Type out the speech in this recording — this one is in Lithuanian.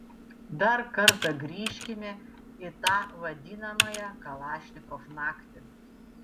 dar kartą grįžkime į tą vadinamąją kalašnikov naktį